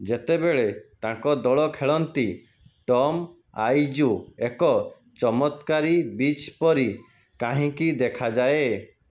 ଯେତେବେଳେ ତାଙ୍କ ଦଳ ଖେଳନ୍ତି ଟମ୍ ଆଇଜୋ ଏକ ଚମତ୍କାରୀ ବିଚ୍ ପରି କାହିଁକି ଦେଖାଯାଏ